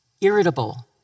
irritable